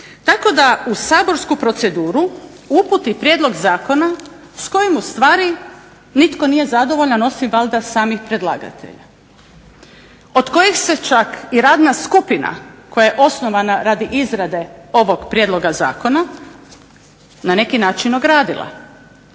Tako da u saborsku proceduru uputi prijedlog zakona s kojim u stvari nitko nije zadovoljan osim valjda samih predlagatelja od kojih se čak i radna skupina koja je osnovana radi izrade ovog prijedloga zakona na neki način ogradila.